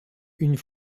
une